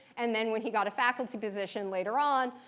and then when he got a faculty position later on,